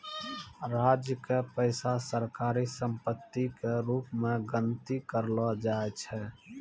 राज्य के पैसा सरकारी सम्पत्ति के रूप मे गनती करलो जाय छै